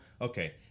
okay